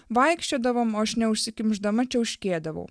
vaikščiodavom o aš neužsikimšdama čiauškėdavau